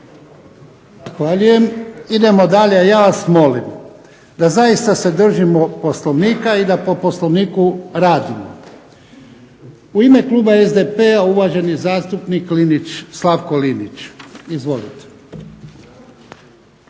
Zahvaljujem. Idemo dalje. Ja vas molim da zaista se držimo Poslovnika i da po Poslovniku radimo. U ime kluba SDP-a uvaženi zastupnik Slavko Linić. Izvolite.